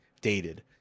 dated